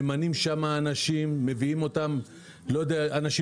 ממנים שם אנשים לא מקצועיים,